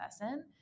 person